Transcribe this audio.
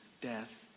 death